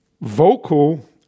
vocal